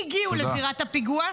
הגיעו לזירת הפיגוע.